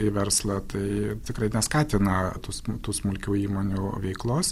į verslą tai tikrai neskatina tų smul tų smulkių įmonių veiklos